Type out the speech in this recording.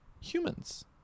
humans